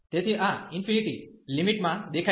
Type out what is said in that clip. તેથી આ infinity limit માં દેખાય છે